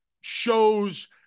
shows